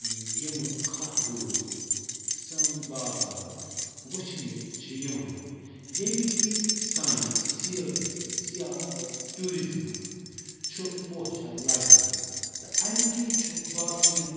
یِمہٕ کھاہ ڈوٗرۍ سٲنۍ باغات وُچھنہِ چھِ یِوان ییٚمہِ کِنۍ سانہِ سِیٲحی سِیاح ٹیٛوٗرِزمَس چھُ پوٚچھَر لَگان تہٕ اَمہِ کِنۍ چھُ باقٮ۪ن